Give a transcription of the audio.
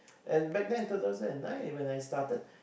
and back then in two thousand and nine when I started